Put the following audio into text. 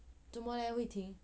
做莫 leh hui ting